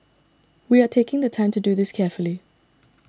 we are taking the time to do this carefully